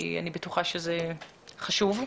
אני בטוחה שזה חשוב.